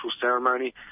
ceremony